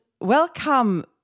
welcome